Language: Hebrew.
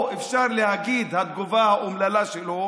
או אפשר להגיד התגובה האומללה שלו,